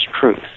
truth